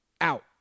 out